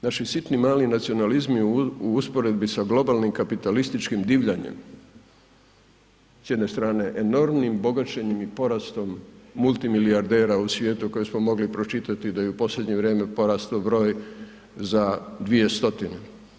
Naši sitni mali nacionalizmi u usporedbi sa globalnim kapitalističkim divljanjem, s jedne strane enormnim bogaćenjem i porastom multimilijardera u svijetu koje smo mogli pročitati da je u posljednje vrijeme porastao broj za 2 stotine.